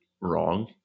wrong